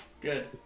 Good